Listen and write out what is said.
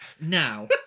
Now